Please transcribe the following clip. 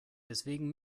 deswegen